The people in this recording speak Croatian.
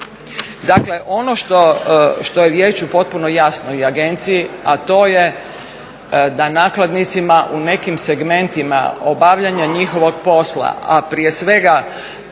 Dakle ono što je vijeću potpuno jasno i agenciji, a to je da nakladnicima u nekim segmentima obavljanja njihovog posla, a prije svega